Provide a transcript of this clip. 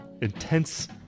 intense